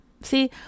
See